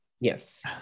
Yes